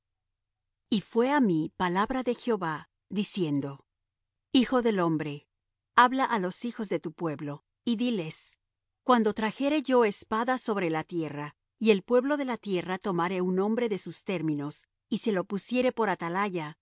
y fué á mí palabra de jehová diciendo hijo del hombre habla á los hijos de tu pueblo y diles cuando trajere yo espada sobre la tierra y el pueblo de la tierra tomare un hombre de sus términos y se lo pusiere por atalaya y